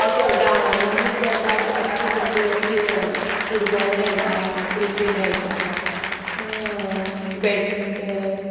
अशें गांवांनी आमी किदें येता आमची भुरगीं अशें फुटबॉल खेळटा क्रिकेट खेळटा बॅडमिंटन